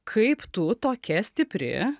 kaip tu tokia stipri